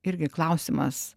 irgi klausimas